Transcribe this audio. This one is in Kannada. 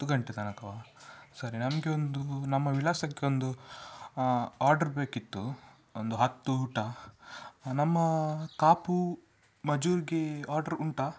ಹತ್ತು ಗಂಟೆ ತನಕವಾ ಸರಿ ನಮಗೆ ಒಂದು ನಮ್ಮ ವಿಳಾಸಕ್ಕೆ ಒಂದು ಆರ್ಡ್ರ್ ಬೇಕಿತ್ತು ಒಂದು ಹತ್ತು ಊಟ ನಮ್ಮ ಕಾಪು ಮಜೂರಿಗೆ ಆರ್ಡರ್ ಉಂಟಾ